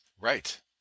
Right